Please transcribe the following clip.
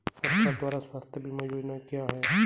सरकार द्वारा स्वास्थ्य बीमा योजनाएं क्या हैं?